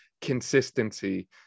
consistency